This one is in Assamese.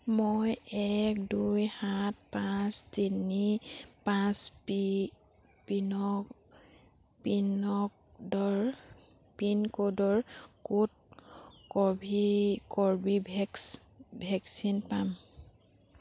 মই এক দুই সাত পাঁচ তিনি পাঁচ পিনক'ডৰ ক'ত কৰ্বীভেক্স ভেকচিন পাম